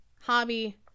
hobby